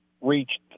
reached